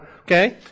Okay